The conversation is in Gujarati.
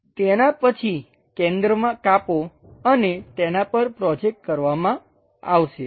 તેનાં પછી કેન્દ્રમાં કાપો અને તેના પર પ્રોજેકટ કરવામાં આવશે